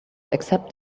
accept